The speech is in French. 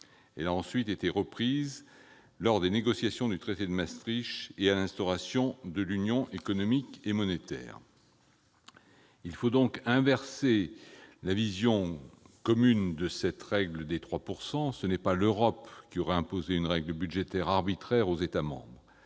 règle a ensuite été reprise lors des négociations du traité de Maastricht et de l'instauration de l'Union économique et monétaire. Il faut donc inverser la vision commune de cette règle des 3 %: ce n'est pas l'Europe qui aurait imposé une règle budgétaire arbitraire aux États membres